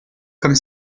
comme